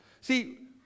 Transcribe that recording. See